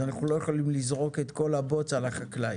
אז אנחנו לא יכולים לזרוק את כל הבוץ על החקלאי.